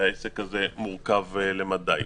והעסק הזה מורכב למדי.